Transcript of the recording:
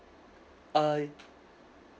uh